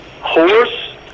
Horse